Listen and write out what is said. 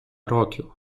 років